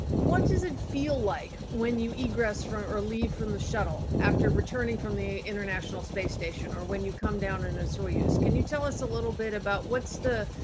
what does it feel like when you egress from, or leave from the shuttle after returning from the international space station, or when you come down in a soyuz, can you tell us a little bit about what's the.